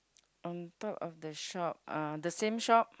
on top of the shop uh the same shop